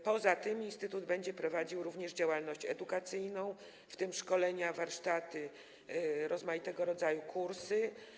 Poza tym instytut będzie prowadził również działalność edukacyjną, w tym szkolenia, warsztaty, rozmaitego rodzaju kursy.